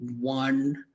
one